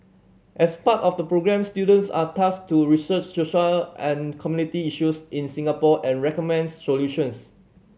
as part of the programme students are tasked to research social and community issues in Singapore and recommend solutions